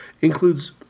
includes